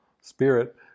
spirit